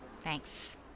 Thanks